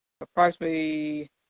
Approximately